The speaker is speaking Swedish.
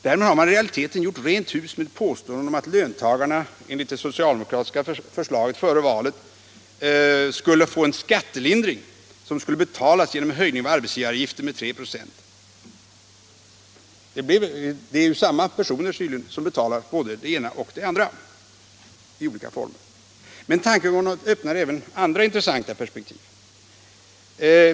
Därmed har man i realiteten gjort rent hus med påståendena om att löntagarna enligt det socialdemokratiska förslaget före valet skulle få en skattelindring, som skulle betalas genom en höjning av arbetsgivaravgiften med 3 96. Det är tydligen samma personer som betalar både det ena och det andra i olika former. Men tankegången öppnar även andra intressanta perspektiv.